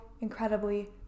incredibly